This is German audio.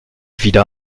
wieder